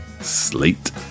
Slate